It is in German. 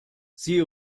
sie